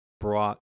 brought